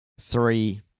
Three